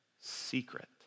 secret